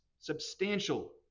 substantial